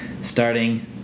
Starting